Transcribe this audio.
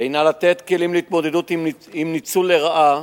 הינה לתת כלים להתמודדות עם ניצול לרעה